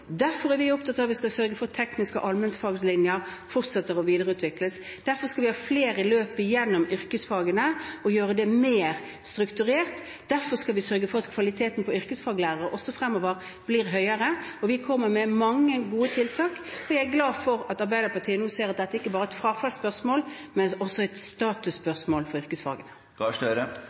Derfor er vi opptatt av at vi skal sørge for at tekniske allmennfaglinjer fortsetter å videreutvikles. Derfor skal vi ha flere løp gjennom yrkesfagene og gjøre det mer strukturert. Derfor skal vi sørge for at kvaliteten på yrkesfaglærere også fremover blir høyere, og vi kommer med mange gode tiltak. Jeg er glad for at Arbeiderpartiet nå ser at dette ikke bare er et frafallsspørsmål, men også et statusspørsmål for yrkesfagene.